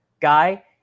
guy